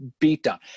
beatdown